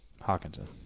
Hawkinson